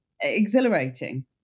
exhilarating